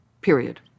Period